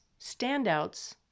standouts